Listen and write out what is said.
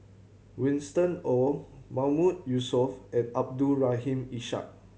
Winston Oh Mahmood Yusof and Abdul Rahim Ishak